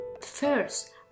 First